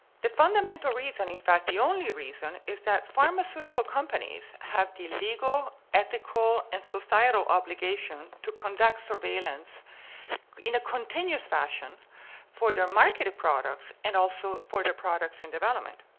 the fundamental reason in fact the only reason is that pharmaceutical companies have the legal, ethical, and societal obligation to conduct surveillance in a continuous fashion for their marketed products and also for the products in development.